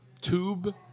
tube